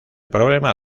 problema